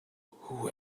who